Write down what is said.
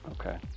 Okay